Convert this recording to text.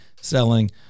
selling